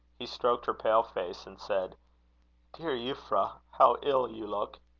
he stroked her pale face, and said dear euphra, how ill you look!